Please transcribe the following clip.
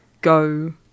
go